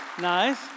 nice